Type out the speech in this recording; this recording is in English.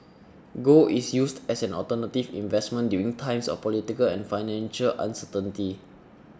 gold is used as an alternative investment during times of political and financial uncertainty